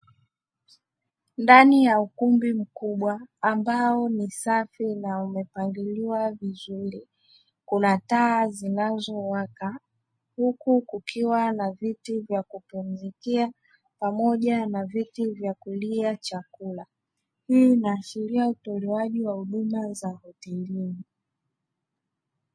Ndani ya ukumbi mkubwa ambao umepangiwa vizuri, kuna taa zinazowaka. Huku kukiwa na viti vya kutoniitia pamoja na viti vya kulia chakula, hii inaashiria utolewaji wa huduma za hotelini.